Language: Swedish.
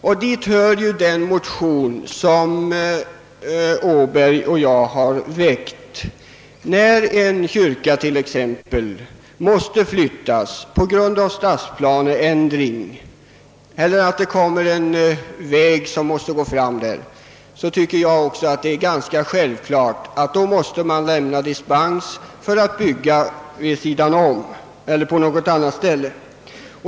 — Här kommer den motion, som herr Åberg och jag väckt, in i bilden. När en kyrka t.ex. måste flyttas på grund av stadsplaneändring eller beroende på att en väg måste gå fram där kyrkan befinner sig anser jag det ganska självklart att dispens måste lämnas för byggande vid sidan om den ursprungliga platsen eller på annat ställe.